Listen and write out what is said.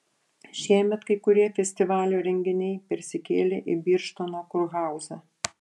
šiemet kai kurie festivalio renginiai persikėlė į birštono kurhauzą